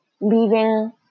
leaving